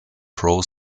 pro